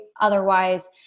Otherwise